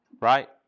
right